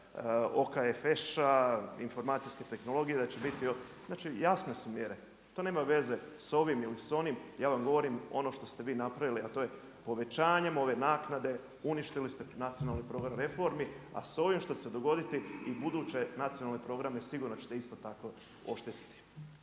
OKFŠ-a, informacijske tehnologije, da će biti, znači jasne su mjere. To nema veze s ovim ili onim, ja vam govorim ono što ste vi napravili a to je povećanjem ove naknade uništili ste nacionalni program reformi, a s ovim što će se dogoditi, i buduće nacionalne programe sigurno ćete isto tako oštetiti.